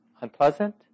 unpleasant